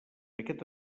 aquest